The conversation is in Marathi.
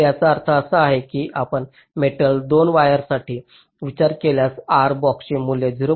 तर याचा अर्थ असा आहे की आपण मेटल 2 वायरसाठी विचार केल्यास आर बॉक्सचे मूल्य 0